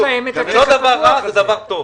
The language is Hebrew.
זה לא דבר רע, זה דבר טוב.